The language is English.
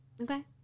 Okay